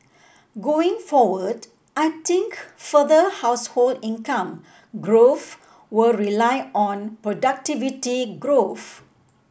going forward I think further household income growth will rely on productivity growth